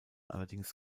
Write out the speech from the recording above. allerdings